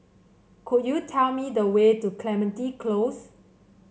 could you tell me the way to Clementi Close